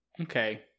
Okay